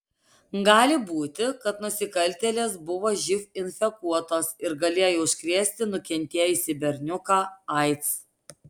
gali būti kad nusikaltėlės buvo živ infekuotos ir galėjo užkrėsti nukentėjusį berniuką aids